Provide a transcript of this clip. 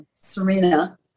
Serena